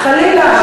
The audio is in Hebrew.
חלילה.